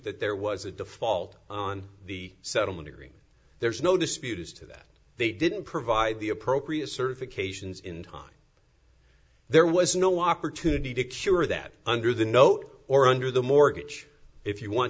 that there was a default on the settlement agreement there is no dispute as to that they didn't provide the appropriate certifications in time there was no opportunity to cure that under the note or under the mortgage if you want